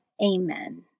Amen